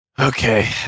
Okay